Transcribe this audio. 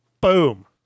Boom